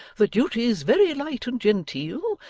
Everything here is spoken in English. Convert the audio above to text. the duty's very light and genteel,